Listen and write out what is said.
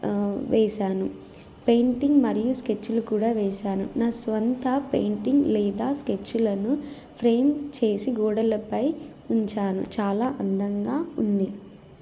వేశాను పెయింటింగ్ మరియు స్కెచ్లు కూడా వేశాను నా స్వంత పెయింటింగ్ లేదా స్కెచ్లను ఫ్రేమ్ చేసి గోడలపై ఉంచాను చాలా అందంగా ఉంది